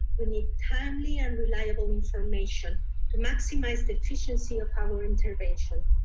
we need timely and reliable information to maximize the efficiency of our interventions.